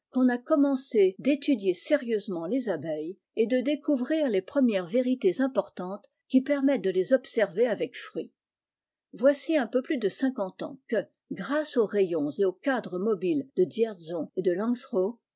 qu'on a commencé d'étudier sérieusement les abeilles et de découvrir les premières vérités importantes qui permettent de les observer avec fruit voici un peu plus de cinquante ans que grâce aux rayons et aux cadres mobiles de dzierzon et de